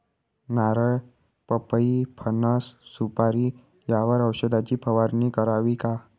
नारळ, पपई, फणस, सुपारी यावर औषधाची फवारणी करावी का?